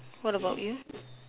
what about you